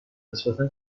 نسبتا